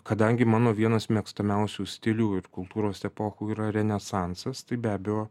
kadangi mano vienas mėgstamiausių stilių ir kultūros epochų yra renesansas tai be abejo